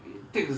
because